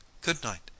good-night